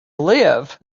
live